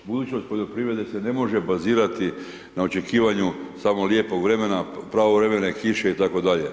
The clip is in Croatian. Budućnost poljoprivrede se ne može bazirati na očekivanju samog lijepog vremena, pravovremene kiše itd.